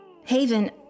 Haven